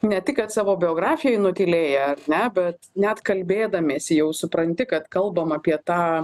ne tik kad savo biografijoj nutylėję ar ne be net kalbėdamiesi jau supranti kad kalbam apie tą